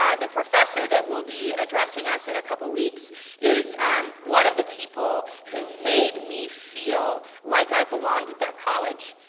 um the professor that will be addressing us in a couple weeks is one of the people who made me feel like i belonged at that college,